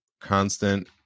constant